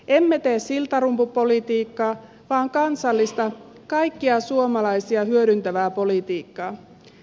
emme tee siltarumpupolitiikkaa vaan kansallista kaikkia suomalaisia hyödyntävää politiikkaa